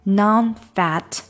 non-fat